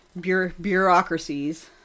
bureaucracies